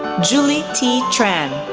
julie thi tran,